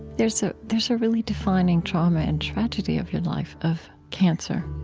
there's ah there's a really defining trauma and tragedy of your life, of cancer.